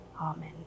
Amen